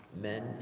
men